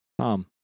Tom